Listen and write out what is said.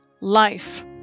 Life